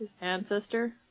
Ancestor